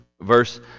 verse